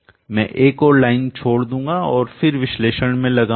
मैं एक और लाइन छोड़ दूंगा और फिर विश्लेषण में लगाऊंगा